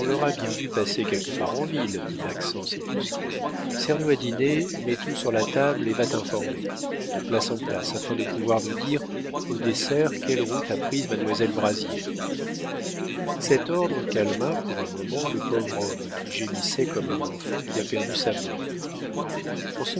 bien vue passer quelque part en ville dit maxence à kouski sers nous à dîner mets tout sur la table et va t'informer de place en place afin de pouvoir nous dire au dessert quelle route a prise mademoiselle brazier cet ordre calma pour un moment le pauvre homme qui gémissait comme un enfant qui a perdu sa bonne